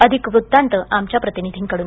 अधिक वृत्तांत आमच्या प्रतिनिधीकडून